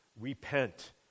repent